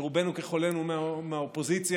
שרובנו ככולנו מהאופוזיציה,